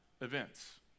events